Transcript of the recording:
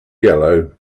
yellow